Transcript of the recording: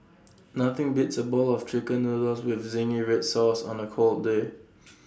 nothing beats A bowl of Chicken Noodles with Zingy Red Sauce on A cold day